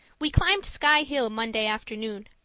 we climbed sky hill monday afternoon.